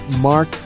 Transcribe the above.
Mark